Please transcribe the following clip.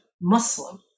Muslim